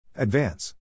Advance